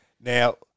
Now